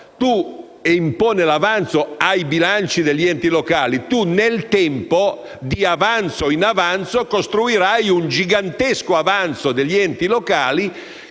che impone l'avanzo ai bilanci degli enti locali, nel tempo, di avanzo in avanzo, si costruirà un gigantesco avanzo degli enti locali.